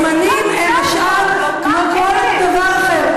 והזמנים הם משאב כמו כל דבר אחר.